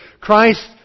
Christ